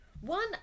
One